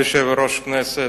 כבוד יושב-ראש הכנסת,